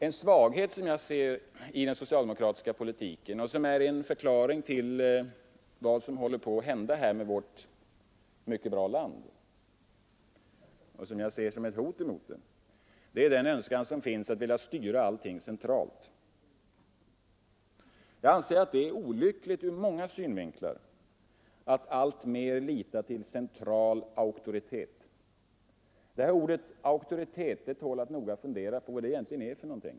En svaghet i den socialdemokratiska politiken är den önskan som finns att styra allting centralt. Den är också en förklaring till vad som håller på att hända med vårt mycket bra land. Det är olyckligt ur många synvinklar att alltmer lita till central auktoritet. Ordet ”auktoritet” tål att noga fundera på.